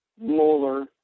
molar